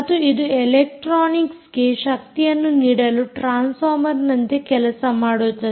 ಮತ್ತು ಅದು ಎಲೆಕ್ಟ್ರಾನಿಕ್ಸ್ಗೆ ಶಕ್ತಿಯನ್ನು ನೀಡಲು ಟ್ರಾನ್ಸ್ ಫಾರ್ಮರ್ನಂತೆ ಕೆಲಸ ಮಾಡುತ್ತದೆ